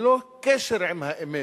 ללא קשר עם האמת.